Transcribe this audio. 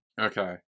Okay